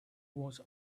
was